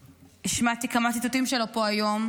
שהשמעתי כמה ציטוטים שלו פה היום,